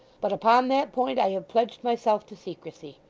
but upon that point i have pledged myself to secrecy.